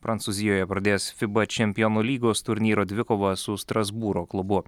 prancūzijoje pradės fiba čempionų lygos turnyro dvikovą su strasbūro klubu